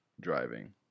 driving